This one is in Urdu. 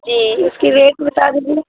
جی اس کی ریٹ بتا دیجیے